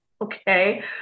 Okay